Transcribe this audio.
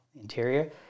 interior